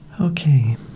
Okay